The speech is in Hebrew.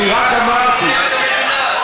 אני רק אומר שהיועצת המשפטית לממשלה לא מנהלת את המדינה.